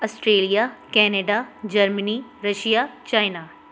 Australia Canada Germany Russia China